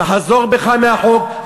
תחזור בך מהחוק.